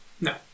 No